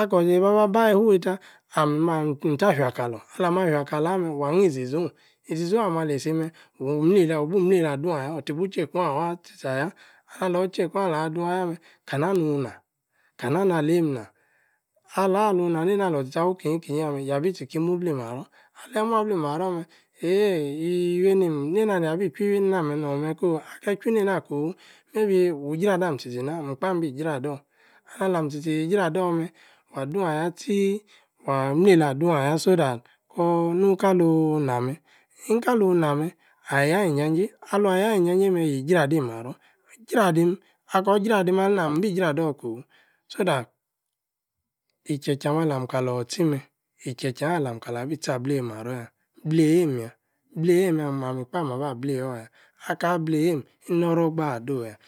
ako otsitsi maba baa ifufee me ako otsitsi maba baa ifufee ta am ta fya kalo alam afya kalo ame̱ wa ni iziza ong izizong ame ali isi me̱ wa mueya gbong aya otibu icheck ong awa alo cheek ong ala chung aya me̱ kana nung na kana nalem ina Ala alung inanena alo tsitsi awi inkinyi inkinyi ya yabi tsi ki muble imaro̱. aleeyi imuable̱ marọ mẹ iywi eyim nena ni abi ichwi nena wi nene nona nee kofu wi dra dim ami tsitsi idra do. may be wi o jra adim wa dung aya tsi wa mlela adung ay so that konu nkalung inama nkakuna ino me̱ aya injanje alung aya injanje me̱ yi jra adim maro̱ jra dim ako̱ ira dim aleena mi ijra alo̱ kofu so that icheche ame alam kalo itsi me ichr che na alam kalo abi tsi ableeyi imara ya bleeyi ya bleeyo̱ ya ka bleeyo eem ino̱ro̱ gba adowu ya.